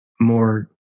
more